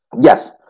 Yes